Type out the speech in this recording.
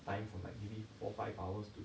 time from like maybe four five hours to